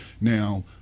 Now